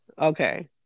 okay